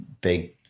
big